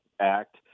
act